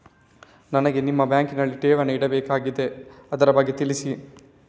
ನನಗೆ ನಿಮ್ಮ ಬ್ಯಾಂಕಿನಲ್ಲಿ ಠೇವಣಿ ಇಡಬೇಕಾಗಿದೆ, ಅದರ ಬಗ್ಗೆ ತಿಳಿಸಿ